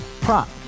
Prop